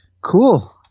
Cool